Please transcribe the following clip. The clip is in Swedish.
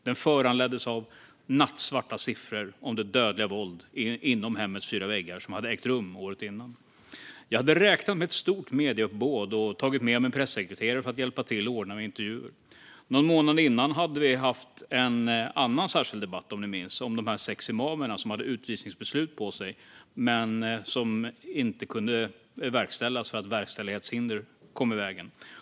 Den föranleddes av nattsvarta siffror om det dödliga våld inom hemmets fyra väggar som hade ägt rum året innan. Jag hade räknat med ett stort medieuppbåd och tagit med mig en pressekreterare för att hjälpa till att ordna med intervjuer. Någon månad innan hade vi haft en annan särskild debatt - om ni minns - om de sex imamer som hade utvisningsbeslut på sig men där utvisningarna inte kunde verkställas eftersom verkställighetshinder kom i vägen.